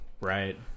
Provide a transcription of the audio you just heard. Right